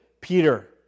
Peter